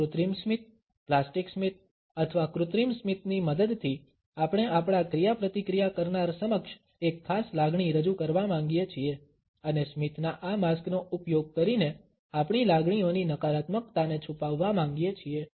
કૃત્રિમ સ્મિત પ્લાસ્ટિક સ્મિત અથવા કૃત્રિમ સ્મિતની મદદથી આપણે આપણા ક્રિયાપ્રતિક્રિયા કરનાર સમક્ષ એક ખાસ લાગણી રજૂ કરવા માંગીએ છીએ અને સ્મિતના આ માસ્કનો ઉપયોગ કરીને આપણી લાગણીઓની નકારાત્મકતાને છુપાવવા માંગીએ છીએ